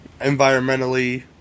environmentally